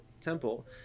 temple